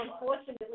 Unfortunately